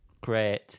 great